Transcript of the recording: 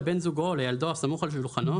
לבן זוגו או לילדו הסמוך על שולחנו,